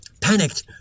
Panicked